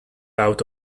out